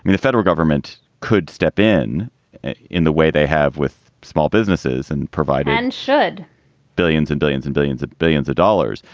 the federal government could step in in the way they have with small businesses and provide and should billions and billions and billions and billions of dollars.